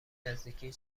نزدیکی